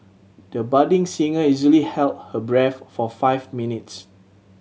the budding singer easily held her breath for five minutes